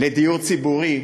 לדיור ציבורי,